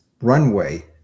runway